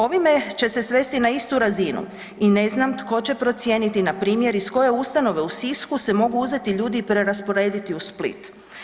Ovime će se svesti na istu razinu i ne znam tko će procijeniti npr. iz koje ustanove u Sisku se mogu uzeti ljudi i prerasporediti u Split.